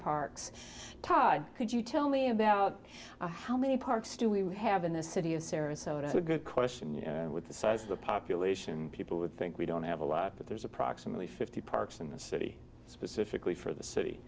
parks todd could you tell me about how many parks do we have in the city of sarasota a good question you know with the size of the population people would think we don't have a lot but there's approximately fifty parks in the city specifically for the city